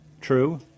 true